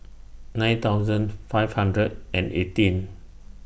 nine thousand five hundred and eighteen